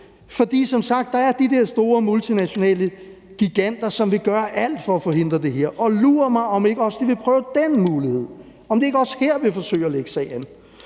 de der store multinationale giganter, som vil gøre alt for at forhindre det her, og lur mig, om ikke også de vil prøve den mulighed; om de ikke også her vil forsøge at lægge sag an.